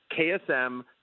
KSM –